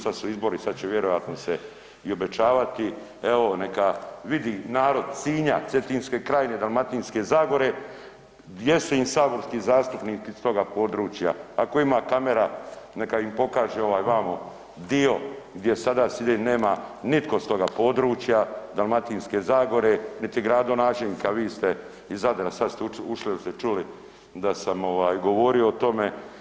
Sad su izbori, sada će vjerojatno se i obećavati, evo neka vidi narod Sinja, Cetinske krajine, Dalmatinske zagore gdje su im saborski zastupnici s toga područja, ako ima kamera neka ih pokaže ovaj vamo dio gdje sada side, nema nitko s toga područja Dalmatinske zagore niti gradonačelnika, vi ste iz Zadra, sad ste ušli jel ste čuli da sam govorio o tome.